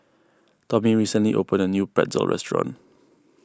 Tommy recently opened a new Pretzel restaurant